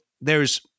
there's-